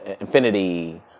infinity